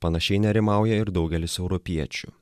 panašiai nerimauja ir daugelis europiečių